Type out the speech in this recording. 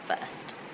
first